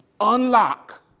unlock